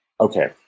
okay